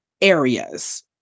areas